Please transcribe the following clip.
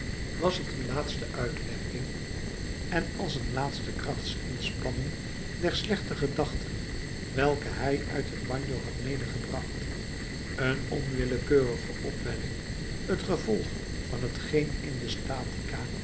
was t een laatste uitwerking en als een laatste krachtsinspanning der slechte gedachten welke hij uit het bagno had medegebracht een onwillekeurige opwelling het gevolg van t geen in de statica